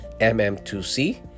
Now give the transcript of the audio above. mm2c